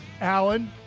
Alan